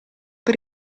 per